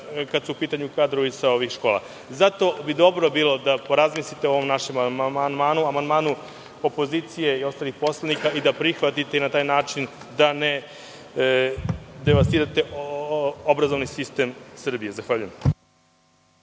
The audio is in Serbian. kada su u pitanju kadrovi sa ovih škola. Bilo bi dobro da razmislite o ovom našem amandmanu, amandmanu opozicije i ostalih poslanika i da prihvatite, da na taj način ne devastirate obrazovni sistem Srbije. Zahvaljujem